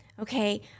okay